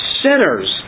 sinners